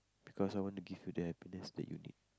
because I want to give you the happiness that you need